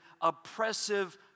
oppressive